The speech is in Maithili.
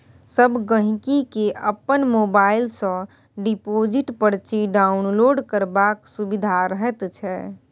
सब गहिंकी केँ अपन मोबाइल सँ डिपोजिट परची डाउनलोड करबाक सुभिता रहैत छै